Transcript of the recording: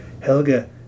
Helga